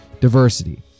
diversity